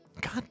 god